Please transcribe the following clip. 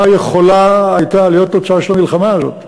מה יכולה הייתה להיות התוצאה של המלחמה הזאת.